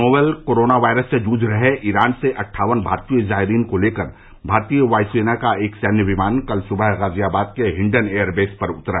novel corona virus से जूझ रहे ईरान से अट्ठावन भारतीय जायरीन को लेकर भारतीय वायुसेना का एक सैन्य विमान कल सुबह गाजियाबाद के हिंडन एयरबेस पर उतरा